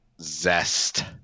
zest